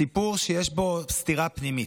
סיפור שיש בו סתירה פנימית: